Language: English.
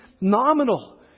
nominal